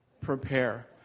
prepare